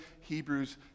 Hebrews